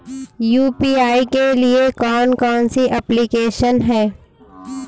UPI के लिए कौन कौन सी एप्लिकेशन हैं?